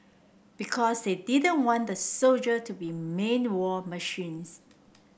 because they didn't want the soldiers to be main war machines